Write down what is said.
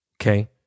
okay